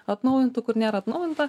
atnaujintų kur nėra atnaujinta